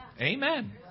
Amen